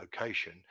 location